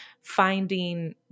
finding